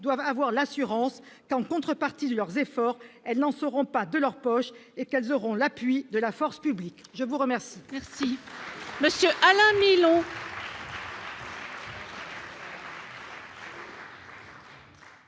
doivent avoir l'assurance que, en contrepartie de leurs efforts, elles n'en seront pas de leur poche et qu'elles auront l'appui de la force publique. La parole